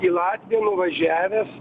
į latviją nuvažiavęs